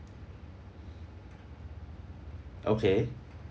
okay